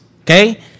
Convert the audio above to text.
Okay